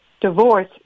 divorce